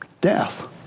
Death